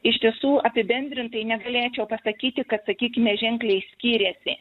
iš tiesų apibendrintai negalėčiau pasakyti kad sakykime ženkliai skyrėsi